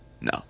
No